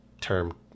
term